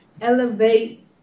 elevate